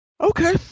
Okay